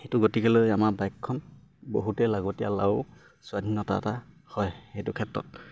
সেইটো গতিকেলৈ আমাৰ বাইকখন বহুতেই লাগতীয়াল আৰু স্বাধীনতা এটা হয় সেইটো ক্ষেত্ৰত